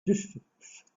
distance